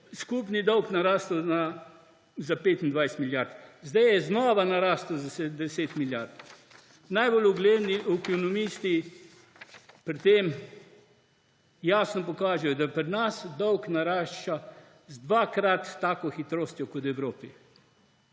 skupni dolg narastel za 25 milijard. Zdaj je znova narastel za 10 milijard. Najbolj ugledni ekonomisti pri tem jasno dokažejo, da pri nas dolg narašča z 2-krat tako hitrostjo kot v Evropi.